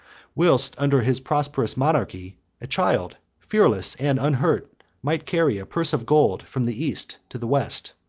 whilst under his prosperous monarchy a child, fearless and unhurt, might carry a purse of gold from the east to the west.